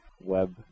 web